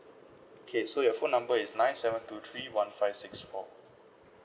okay so your phone number is nine seven two three one five six four